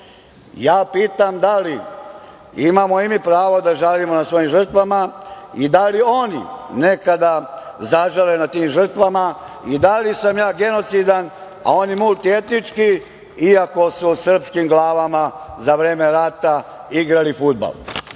pitam da li imamo i mi pravo da žalimo za svojim žrtvama i da li oni nekada zažale nad tim žrtvama i da li sam ja genocidan, a oni multietnički iako su srpskim glavama za vreme rata igrali fudbal? Dame